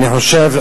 אני חושב,